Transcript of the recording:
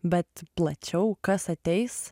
bet plačiau kas ateis